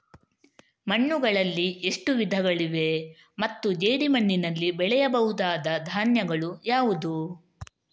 ಮಣ್ಣುಗಳಲ್ಲಿ ಎಷ್ಟು ವಿಧಗಳಿವೆ ಮತ್ತು ಜೇಡಿಮಣ್ಣಿನಲ್ಲಿ ಬೆಳೆಯಬಹುದಾದ ಧಾನ್ಯಗಳು ಯಾವುದು?